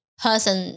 person